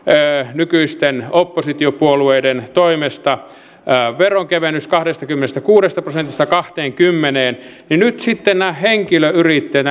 nykyisten oppositiopuolueiden toimesta veronkevennys kahdestakymmenestäkuudesta prosentista kahteenkymmeneen niin nyt sitten näitä henkilöyrittäjiä